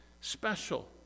special